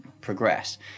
progress